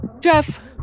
Jeff